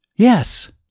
Yes